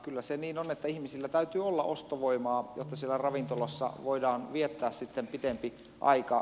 kyllä se niin on että ihmisillä täytyy olla ostovoimaa jotta siellä ravintolassa voidaan viettää sitten pitempi aika